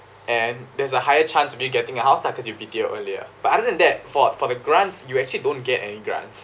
and there's a higher chance of you getting a house lah because you B_T_O earlier but other than fo~ for the grants you actually don't get any grants